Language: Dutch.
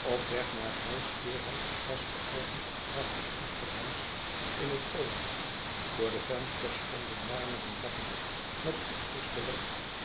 op weg naar huis viel hem een pas geopend en prachtig oesterhuis in het oog voor de vensters stonden marmeren bakken met oesters belegd